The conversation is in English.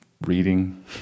reading